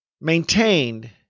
maintained